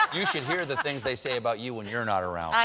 you should hear the things they say about you when you're not around.